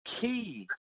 key